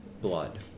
blood